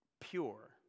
pure